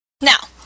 Now